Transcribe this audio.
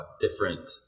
different